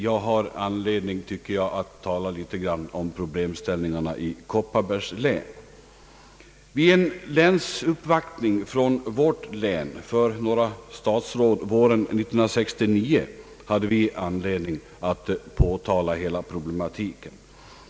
Jag har anledning tala något om problemställningarna i Kopparbergs län. Vid en länsuppvaktning från vårt län för några statsråd våren 1969 hade vi anledning att påtala hela problematiken.